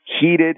heated